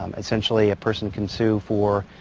um essentially a person can sue for